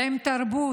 ועם תרבות,